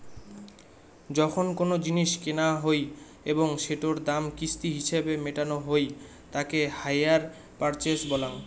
যখন কোনো জিনিস কেনা হই এবং সেটোর দাম কিস্তি হিছেবে মেটানো হই তাকে হাইয়ার পারচেস বলাঙ্গ